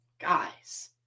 guys